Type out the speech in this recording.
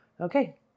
Okay